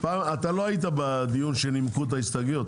אתה לא היית בדיון שנימקו את ההסתייגויות,